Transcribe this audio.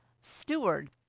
steward